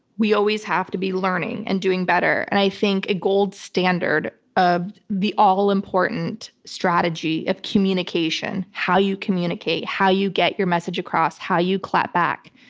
we always have to be learning and doing better. and i think a gold standard of the all important strategy of communication, how you communicate, how you get your message across, how you clap back.